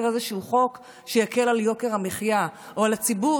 איזשהו חוק שיקל על יוקר המחייה או על הציבור,